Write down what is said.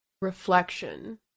reflection